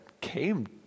came